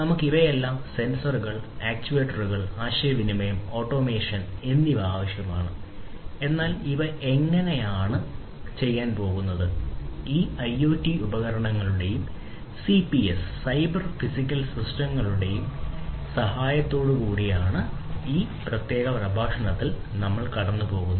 നമുക്ക് ഇവയെല്ലാം സെൻസറുകൾ ആക്റ്റേറ്ററുകൾ ആശയവിനിമയം ഓട്ടോമേഷൻ സഹായത്തോടെയാണ് ഈ പ്രത്യേക പ്രഭാഷണത്തിലൂടെ നമ്മൾ കടന്നുപോകുന്നത്